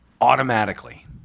automatically